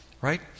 Right